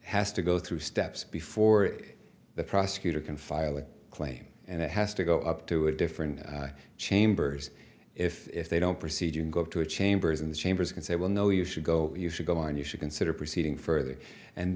has to go through steps before the prosecutor can file a claim and it has to go up to a different chambers if they don't proceed you can go to a chambers in the chambers and say well no you should go you should go and you should consider proceeding further and